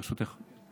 ברשותך,